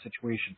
situation